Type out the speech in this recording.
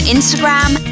Instagram